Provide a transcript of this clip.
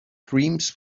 dreams